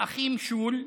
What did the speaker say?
האחים שול,